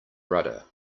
rudder